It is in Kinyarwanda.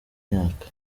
myaka